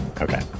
Okay